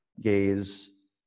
Gaze